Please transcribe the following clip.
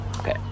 Okay